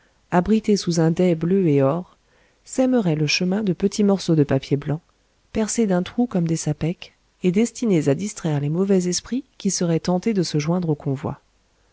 abrités sous un dais bleu et or sèmerait le chemin de petits morceaux de papier blanc percés d'un trou comme des sapèques et destinés à distraire les mauvais esprits qui seraient tentés de se joindre au convoi